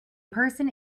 person